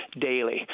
daily